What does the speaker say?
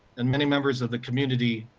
and many members of the community,